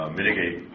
mitigate